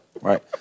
right